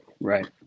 Right